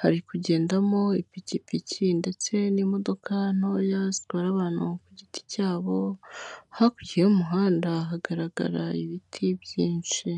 hari kugendamo ipikipiki ndetse n'imodoka ntoya zitwara abantu ku giti cyabo, hakurya y'umuhanda hagaragara ibiti byinshi.